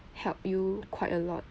help you quite a lot